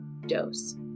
dose